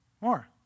more